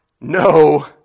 no